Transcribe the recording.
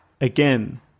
again